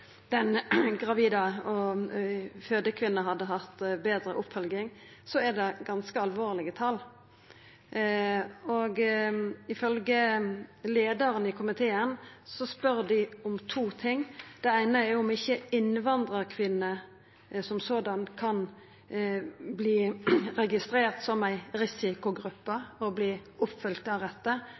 den gravide, fødekvinna, hadde hatt betre oppfølging, er det ganske alvorlege tal. Ifølgje leiaren i komiteen spør dei om to ting. Det eine er om ikkje innvandrarkvinner kan verta registrert som ei risikogruppe og følgt opp deretter, og ikkje måtte vera avhengige av